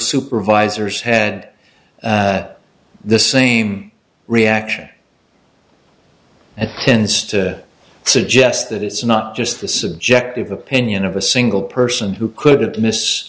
supervisors had the same reaction that tends to suggest that it's not just the subjective opinion of a single person who couldn't miss